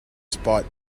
spot